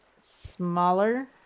Smaller